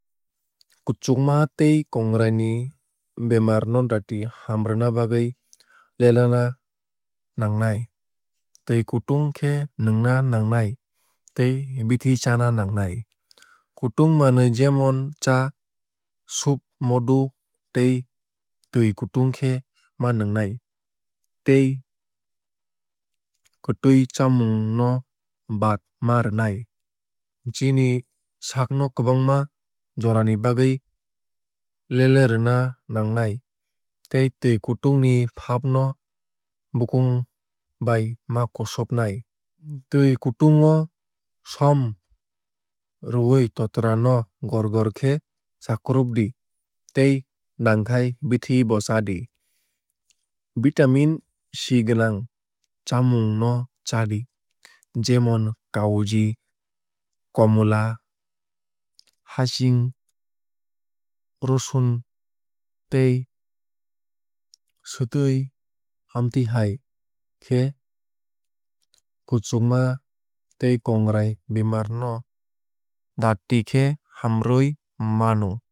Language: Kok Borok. Kuchukma tei kongrai ni bemar no dakti hamrwna bagwui lelena nangnai twui kutung khe nwngna nangnai tei bithi chana nangnai. Kutung manwui jemon cha soup modu tei twui kutung khe ma nwngnai tei kwtwui chamung no baad ma rwnai. Chini saak no kwbangma jora ni bagwui lelerwna nangnai te twui kutung ni faap no bukung bai ma kusubnai. Twui kutung o som rwui totra no gor gor khe chakrupdi tei nangkhai bithi bo chadi. Vitamin C gwnang chamung no chadi jemon kaoji komla haching rosun tei swtwui. Amtwui hai khe kuchukma tei kongrai bemar no dakti khe harwui mano.